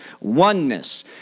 oneness